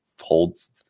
holds